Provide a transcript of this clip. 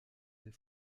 des